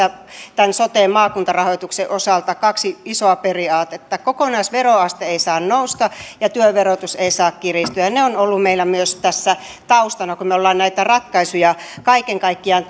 tämän soten maakuntarahoituksen osalta kaksi isoa periaatetta kokonaisveroaste ei saa nousta ja työn verotus ei saa kiristyä ne ovat olleet meillä myös tässä taustana kun me olemme näitä ratkaisuja kaiken kaikkiaan